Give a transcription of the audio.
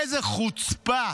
איזה חוצפה.